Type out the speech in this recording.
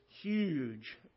huge